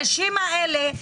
הנשים האלה,